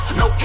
no